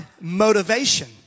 motivation